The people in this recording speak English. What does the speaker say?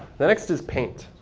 the next is paint.